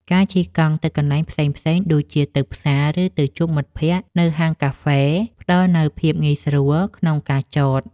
ការជិះកង់ទៅកន្លែងផ្សេងៗដូចជា ទៅផ្សារ ឬទៅជួបមិត្តភក្តិនៅហាងកាហ្វេ ផ្ដល់នូវភាពងាយស្រួលក្នុងការចត។